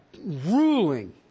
ruling